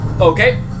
Okay